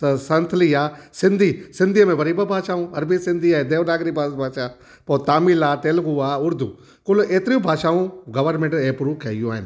स संथाली आहे सिंधी सिंधीअ में वरी ॿ भाषाऊं अरबी सिंधी ऐं देवनागरी भाषा पोइ तमिल आहे तेलुगू आ उर्दू कुलु एतिरियूं भाषाऊं गवर्नमेंट एप्रूव कयूं आहिनि